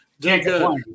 Good